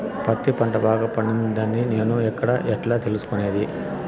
పత్తి పంట బాగా పండిందని నేను ఎక్కడ, ఎట్లా తెలుసుకునేది?